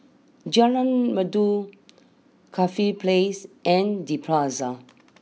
Jalan Merdu Corfe place and the Plaza